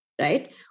right